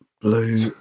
Blue